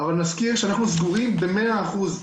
אבל נזכיר שאנחנו סגורים במאה אחוז.